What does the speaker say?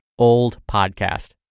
oldpodcast